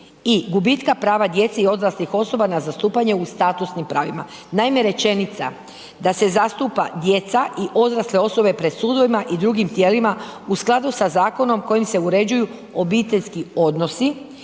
i gubitka prava djece i odraslih osoba na zastupanje u statusnim pravima. Naime, rečenica da se zastupa djeca i odrasle osobe pred sudovima i drugim tijelima u skladu sa zakonom kojim se uređuju obiteljski odnosi